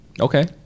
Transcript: okay